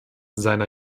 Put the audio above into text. seiner